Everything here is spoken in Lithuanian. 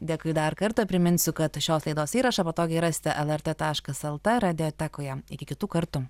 dėkui dar kartą priminsiu kad šios laidos įrašą patogiai rasite lrt taškas lt radiotekoje iki kitų kartų